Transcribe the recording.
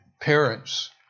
parents